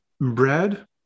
bread